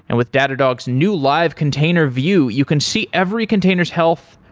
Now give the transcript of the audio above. and with datadog's new live container view, you can see every container s health,